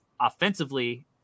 offensively